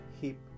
heap